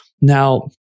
Now